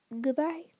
Goodbye